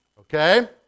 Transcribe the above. okay